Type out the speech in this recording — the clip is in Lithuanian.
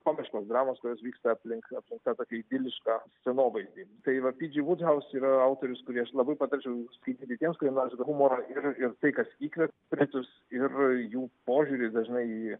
komiškos dramos kurios vyksta aplink aplink tą tokią idilišką scenovaizdį tai va pidži vudhauz yra autorius kurį aš labai patarčiau skaityti tiems kurie nori to humoro ir ir tai kas įkvėpė britus ir jų požiūrį dažnai į